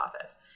office